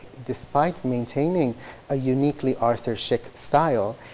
despite maintaining a uniquely arthur szyk style,